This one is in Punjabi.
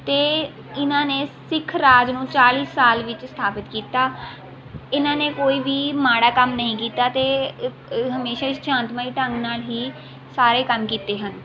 ਅਤੇ ਇਹਨਾਂ ਨੇ ਸਿੱਖ ਰਾਜ ਨੂੰ ਚਾਲੀ ਸਾਲ ਵਿੱਚ ਸਥਾਪਿਤ ਕੀਤਾ ਇਹਨਾਂ ਨੇ ਕੋਈ ਵੀ ਮਾੜਾ ਕੰਮ ਨਹੀਂ ਕੀਤਾ ਅਤੇ ਹਮੇਸ਼ਾ ਇਸ ਸ਼ਾਂਤਮਈ ਢੰਗ ਨਾਲ ਹੀ ਸਾਰੇ ਕੰਮ ਕੀਤੇ ਹਨ